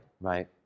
Right